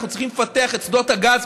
אנחנו צריכים לפתח את שדות הגז,